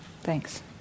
Thanks